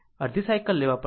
અડધી સાયકલ લેવા પડશે